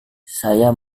saya